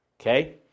okay